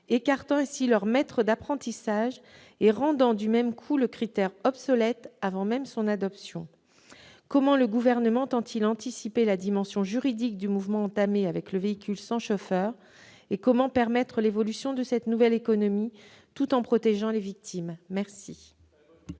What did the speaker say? écarte le recours à un « maître d'apprentissage » et rend ainsi le critère en question obsolète avant même son adoption. Comment le Gouvernement entend-il anticiper la dimension juridique du mouvement entamé avec le véhicule sans chauffeur ? Comment permettre l'évolution de cette nouvelle économie tout en protégeant les victimes à venir